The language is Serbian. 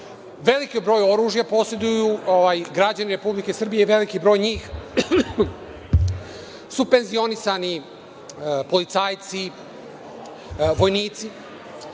Veliki broj oružja poseduju građani Republike Srbije, veliki broj njih su penzionisani policajci i vojnici.